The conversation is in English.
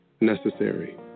necessary